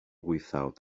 without